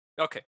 Okay